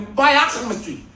biochemistry